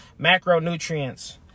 macronutrients